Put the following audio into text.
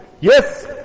Yes